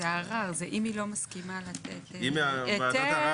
אפשר לקחת חברות כמו "קומפלוט",